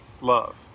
love